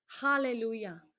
Hallelujah